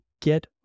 get